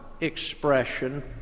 expression